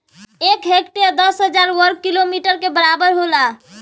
एक हेक्टेयर दस हजार वर्ग मीटर के बराबर होला